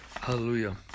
Hallelujah